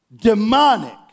demonic